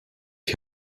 you